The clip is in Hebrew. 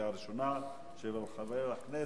של חבר הכנסת,